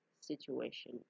situation